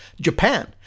Japan